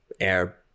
air